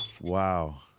Wow